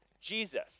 Jesus